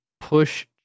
push